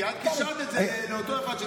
כי את קישרת את זה לאותו אחד,